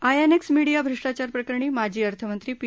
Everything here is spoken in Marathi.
आयएनएक्स मिडीया भ्रष्टाचार प्रकरणी माजी अर्थमंत्री पी